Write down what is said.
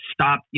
stop